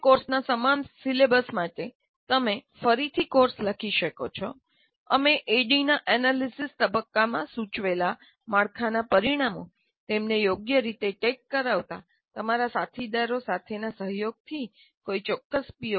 કોઈ કોર્સના સમાન સિલેબસ માટે તમે કોર્સ ફરીથી લખી શકો છો અમે એડીડીઆઈના એનાલિસિસ તબક્કામાં સૂચવેલા માળખાના પરિણામો તેમને યોગ્ય રીતે ટેગ કરાવતા તમારા સાથીદારો સાથેનાં સહયોગથી કોઈ ચોક્કસ પી